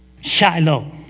Shiloh